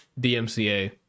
DMCA